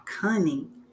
cunning